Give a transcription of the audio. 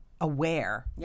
aware